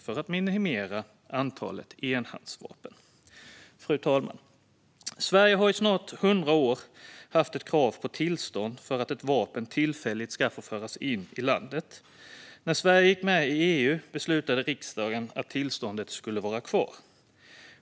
Fru talman! Sverige har i snart 100 år haft ett krav på tillstånd för att ett vapen tillfälligt ska få föras in i landet. När Sverige gick med i EU beslutade riksdagen att tillståndet skulle vara kvar.